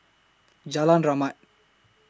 Jalan Rahmat